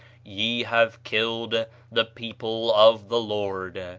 ye have killed the people of the lord.